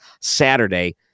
Saturday